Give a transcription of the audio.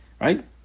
Right